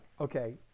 okay –